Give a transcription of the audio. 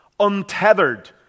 untethered